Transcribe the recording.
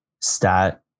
stat